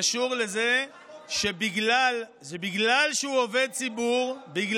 זה קשור לזה שבגלל שהוא עובד ציבור,